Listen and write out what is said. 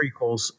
prequels